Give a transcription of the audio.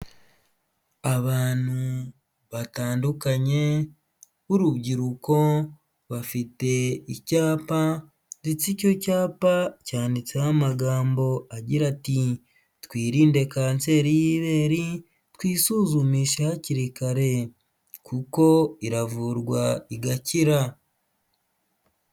Abantu batandukanye b'urubyiruko, bafite icyapa ndetse icyo cyapa cyanditseho amagambo agira ati ''Twirinde kanseri y'ibere, twisuzumishe hakiri kare kuko iravurwa igakira.''